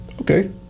okay